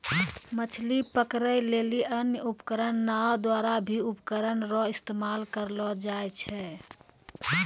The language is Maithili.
मछली पकड़ै लेली अन्य उपकरण नांव द्वारा भी उपकरण रो इस्तेमाल करलो जाय छै